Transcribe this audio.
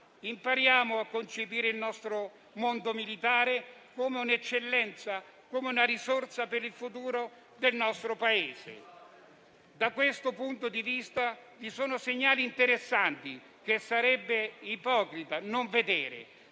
impariamo a concepire il nostro mondo militare come un'eccellenza e come una risorsa per il futuro del nostro Paese. Da questo punto di vista, vi sono segnali interessanti, che sarebbe ipocrita non vedere: